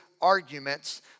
arguments